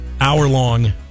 hour-long